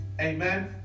Amen